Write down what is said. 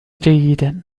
جيدًا